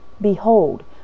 Behold